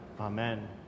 Amen